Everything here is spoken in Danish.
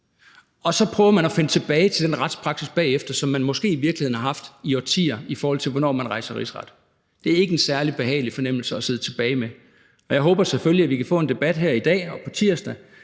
prøver at finde tilbage til den retspraksis, som der måske i virkeligheden har været i årtier, i forhold til hvornår der rejses rigsretssager. Det er ikke en særlig behagelig fornemmelse at sidde tilbage med. Jeg håber selvfølgelig, at vi kan få en debat her i dag og på tirsdag,